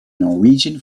norwegian